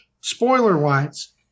spoiler-wise